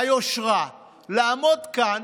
יושרה, לעמוד כאן